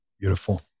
Beautiful